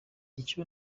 icyo